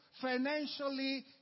financially